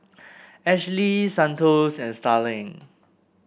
Ashlee Santos and Starling